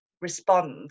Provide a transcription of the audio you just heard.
respond